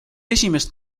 esimest